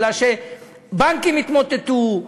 כי בנקים יתמוטטו,